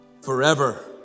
forever